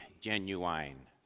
genuine